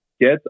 get